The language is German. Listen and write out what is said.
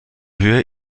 höhe